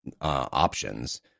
options